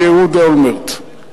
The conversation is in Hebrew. מאהוד אולמרט.